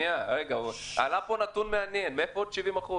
עלה פה נתון מעניין איפה עוד 70%?